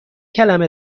کلمه